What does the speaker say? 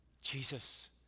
Jesus